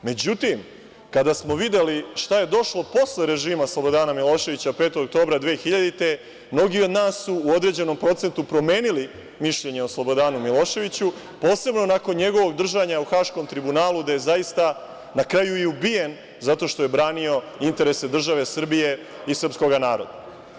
Međutim, kada smo videli šta je došlo posle režima Slobodana Miloševića, 5. oktobra 2000. godine, mnogi od nas su u određenom procentu promenili mišljenje o Slobodanu Miloševiću, posebno nakon njegovog držanja u Haškom tribunalu, gde je zaista na kraju i ubijen zato što je branio interese države Srbije i srpkog naroda.